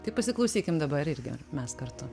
taip pasiklausykim dabar irgi mes kartu